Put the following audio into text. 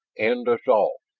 end us all!